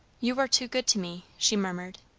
you are too good to me, she murmured.